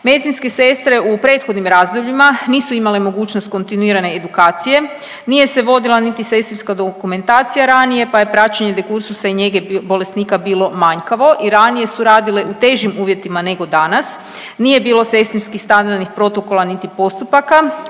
Medicinske sestre u prethodnim razdobljima nisu imale mogućnost kontinuirane edukacije, nije se vodila niti sestrinska dokumentacija ranija pa je praćenje dekursusa i njega bolesnika bilo manjkavo i ranije su radile u težim uvjetima nego danas. Nije bio sestrinskih standardnih protokola niti postupaka,